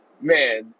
man